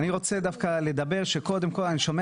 אני רוצה דווקא לומר שקודם כל אני שומע